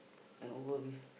and over with